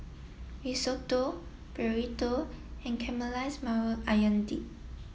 Risotto Burrito and Caramelized Maui Onion Dip